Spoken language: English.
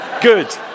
good